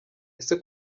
ese